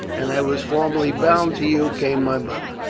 and i was formally bound to you, came my mother.